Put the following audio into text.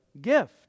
gift